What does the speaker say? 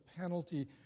penalty